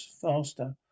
faster